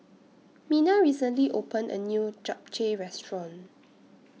Mena recently opened A New Japchae Restaurant